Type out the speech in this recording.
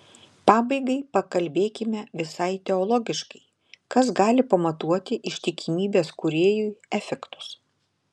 pabaigai pakalbėkime visai teologiškai kas gali pamatuoti ištikimybės kūrėjui efektus